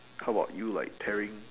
how about you like tearing